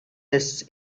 tests